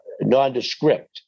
nondescript